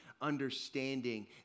understanding